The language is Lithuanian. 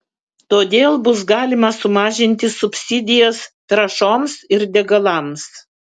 todėl bus galima sumažinti subsidijas trąšoms ir degalams